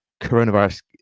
coronavirus